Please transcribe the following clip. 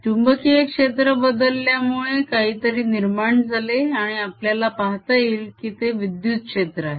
चुंबकीय क्षेत्र बदलल्यामुळे काहीतरी निर्माण झाले आणि आपल्याला पाहता येईल की ते विद्युत क्षेत्र आहे